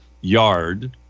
yard